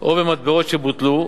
או במטבעות שבוטלו,